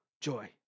joy